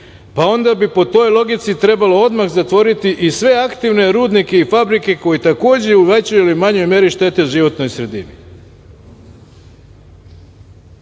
pa onda bi po toj logici trebalo odmah zatvoriti i sve aktivne rudnike i fabrike koji takođe u većoj ili manjoj meri štete životnoj sredini. Da